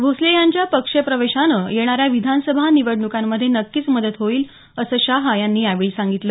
भोसले यांच्या पक्षप्रवेशानं येणाऱ्या विधानसभा निवडणुकांमध्ये नक्कीच मदत होईल असं शहा यांनी यावेळी सांगितलं